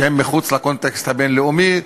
שהם מחוץ לקונטקסט הבין-לאומי,